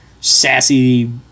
sassy